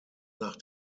nach